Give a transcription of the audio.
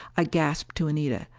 i gasped to anita,